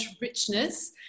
richness